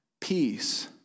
peace